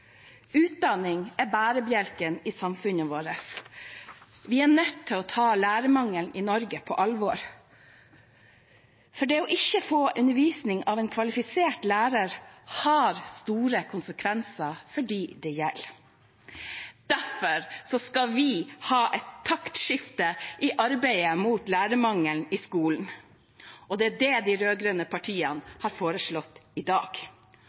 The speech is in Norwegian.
Utdanning er bærebjelken i samfunnet vårt. Vi er nødt til å ta lærermangelen i Norge på alvor, for det å ikke få undervisning av en kvalifisert lærer har store konsekvenser for dem det gjelder. Derfor skal vi ha et taktskifte i arbeidet mot lærermangelen i skolen. Det er det de rød-grønne partiene har foreslått i dag.